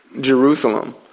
Jerusalem